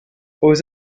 aux